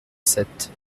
sept